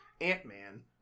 Ant-Man